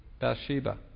Bathsheba